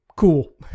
cool